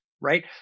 right